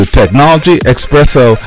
technologyexpresso